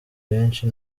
benshi